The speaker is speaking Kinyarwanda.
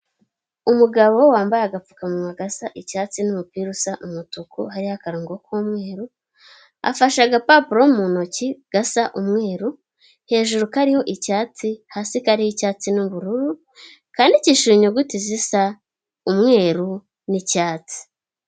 Umugabo wambaye agapfukamunwa gasa icyatsi n'umupira usa umutuku hariho akarongo k'umweru, afashe agapapuro mu ntoki gasa umweru, hejuru kariho icyatsi, hasi kariho icyatsi n'ubururu, kandikishije inyuguti zisa umweru n'icyatsi.